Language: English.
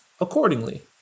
accordingly